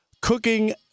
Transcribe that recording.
cooking